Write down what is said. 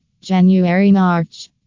January-March